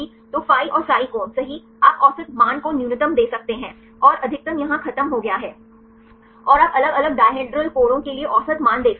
तो phi और psi कोण सही आप औसत मान को न्यूनतम दे सकते हैं और अधिकतम यहाँ खत्म हो गया है और आप अलग अलग डायहेड्रल कोणों के लिए औसत मान देख सकते हैं